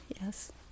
yes